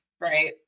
right